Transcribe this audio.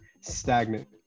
stagnant